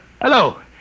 Hello